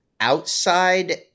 outside